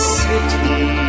city